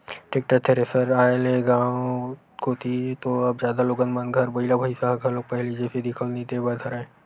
tractor, thresher के आय ले गाँव कोती तो अब जादा लोगन मन घर बइला भइसा ह घलोक पहिली जइसे दिखउल नइ देय बर धरय